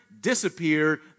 disappeared